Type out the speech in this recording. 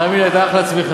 תאמין לי, הייתה אחלה צמיחה.